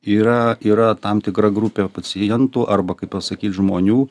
yra yra tam tikra grupė pacientų arba kaip pasakyt žmonių